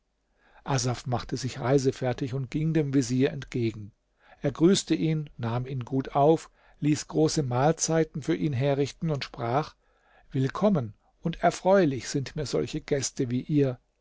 asaf macht sich reisefertig und ging dem vezier entgegen er grüßte ihn nahm ihn gut auf ließ große mahlzeiten für ihn herrichten und sprach willkommen und erfreulich sind mir solche gäste wie ihr